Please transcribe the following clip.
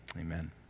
Amen